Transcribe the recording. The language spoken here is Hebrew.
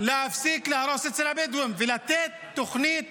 להפסיק להרוס אצל הבדואים, ולתת תוכנית